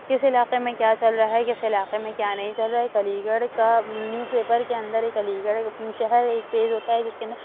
کس علاقے میں کیا چل رہا ہے کس علاقے میں کیا نہیں چر رہا ہے ایک علی گڑھ کا نیوز پیپر کے اندر ایک علی گڑھ اپنے شہر کا ایک پیج ہوتا ہے جس کے اندر